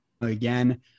again